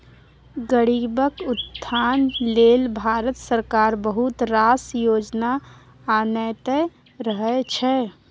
गरीबक उत्थान लेल भारत सरकार बहुत रास योजना आनैत रहय छै